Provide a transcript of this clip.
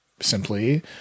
Simply